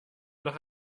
nach